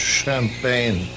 champagne